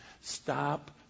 Stop